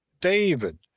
david